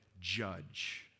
judge